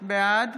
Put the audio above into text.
בעד